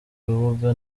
rubuga